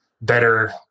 better